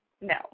No